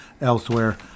elsewhere